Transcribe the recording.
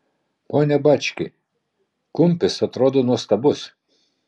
pone bački kumpis atrodo nuostabus